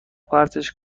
پرتش